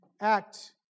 act